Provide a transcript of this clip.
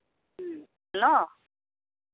hello